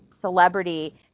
celebrity